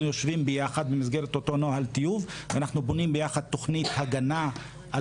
יושבים ביחד במסגרת אותו נוהל טיוב אנחנו בונים ביחד תוכנית הגנה על